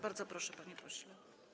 Bardzo proszę, panie pośle.